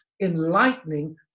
enlightening